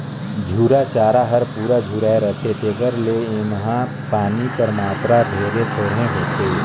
झूरा चारा हर पूरा झुराए रहथे तेकर ले एम्हां पानी कर मातरा ढेरे थोरहें होथे